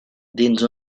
dins